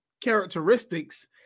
characteristics